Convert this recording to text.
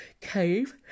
cave